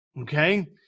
Okay